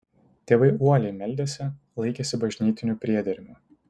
tėvai uoliai meldėsi laikėsi bažnytinių priedermių